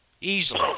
easily